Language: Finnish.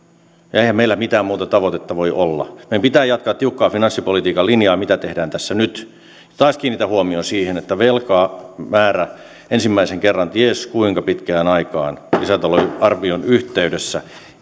eihän meillä mitään muuta tavoitetta voi olla meidän pitää jatkaa tiukkaa finanssipolitiikan linjaa mitä tehdään tässä nyt taas kiinnitän huomion siihen että velkamäärä ensimmäisen kerran ties kuinka pitkään aikaan lisätalousarvion yhteydessä